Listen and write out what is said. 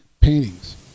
paintings